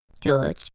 George